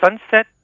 Sunset